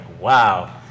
wow